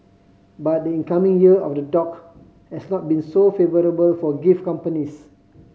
but the incoming Year of the Dog has not been so favourable for gift companies